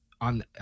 on